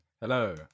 Hello